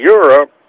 Europe